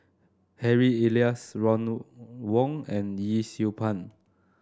Harry Elias Ron Wong and Yee Siew Pun